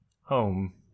home